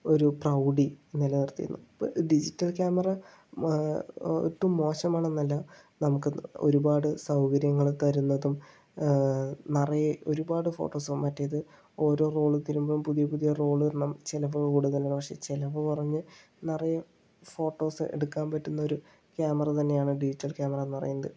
ഒരു പ്രൗഢി നിലനിർത്തിയിരുന്നു ഇപ്പോൾ ഡിജിറ്റൽ ക്യാമറ ഒട്ടും മോശമാണെന്നല്ല നമുക്ക് ഒരുപാട് സൗകര്യങ്ങൾ തരുന്നതും നിറയെ ഒരു ഒരുപാട് ഫോട്ടോസും മറ്റേത് ഓരോ റോൾ തീരുമ്പോഴും പുതിയ പുതിയ റോൾ ഇടണം ചിലവ് കൂടുതലാണ് പക്ഷേ ചിലവ് കുറഞ്ഞ നിറയെ ഫോട്ടോസ് എടുക്കാൻ പറ്റുന്ന ഒരു ക്യാമറ തന്നെയാണ് ഡിജിറ്റൽ ക്യാമറ എന്ന് പറയുന്നത്